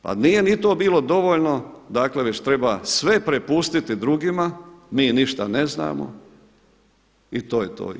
Pa nije ni to bilo dovoljno, dakle već treba sve prepustiti drugima, mi ništa ne znamo i to je to.